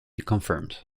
confirmed